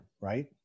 right